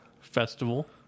festival